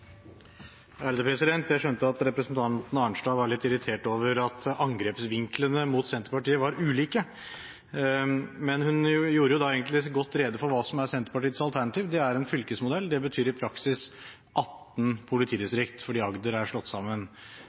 Jeg skjønte at representanten Arnstad var litt irritert over at angrepsvinklene mot Senterpartiet var ulike, men hun gjorde egentlig godt rede for hva som er Senterpartiets alternativ. Det er en fylkesmodell. Det betyr i praksis 18 politidistrikt fordi Agder er slått sammen.